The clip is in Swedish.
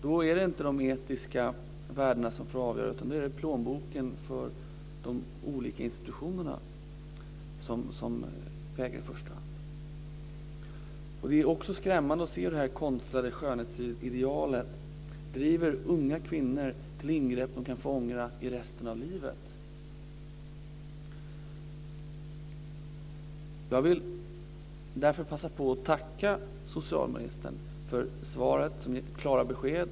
Då är det inte de etiska värdena som får avgöra, utan då är det plånboken för de olika institutionerna som man i första hand ser till. Det är också skrämmande att se hur det konstlade skönhetsidealet driver unga kvinnor till ingrepp som de kan få ångra under resten av livet. Jag vill därför passa på att tacka socialministern för svaret, som ger klara besked.